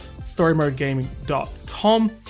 storymodegaming.com